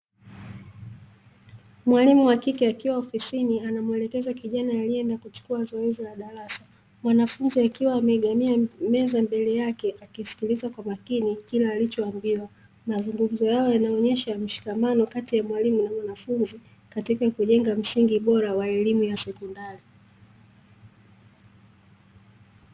Mwalimu wa kike akiwa ofisini anamwelekeza kijana aliyeenda kuchukua zoezi la darasa, mwanafunzi akiwa ameegemea meza mbele yake, akisikiliza kwa makini kile alichoambiwa. Mazungumzo yao yanaonyesha mshikamano kati ya mwalimu na mwanafunzi katika kujenga msingi bora wa elimu ya sekomdari.